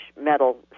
metal